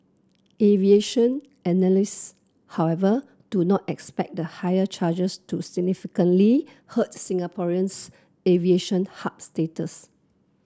aviation analysts however do not expect the higher charges to significantly hurt Singapore's aviation hub status